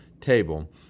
table